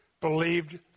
believed